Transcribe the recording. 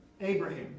Abraham